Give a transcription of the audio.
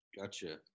Gotcha